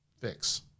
fix